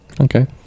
Okay